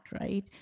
right